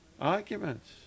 arguments